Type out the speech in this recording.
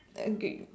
agree